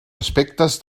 aspectes